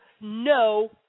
no